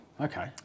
Okay